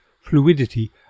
fluidity